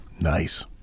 nice